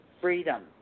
freedom